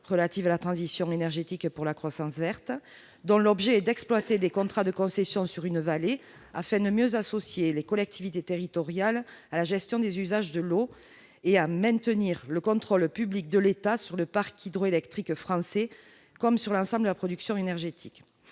relative à la transition énergétique pour la croissance verte, dont l'objet est d'exploiter des contrats de concession sur une vallée, afin de mieux associer les collectivités territoriales à la gestion des usages de l'eau, et de maintenir le contrôle public de l'État sur le parc hydroélectrique français comme sur l'ensemble de la production énergétique.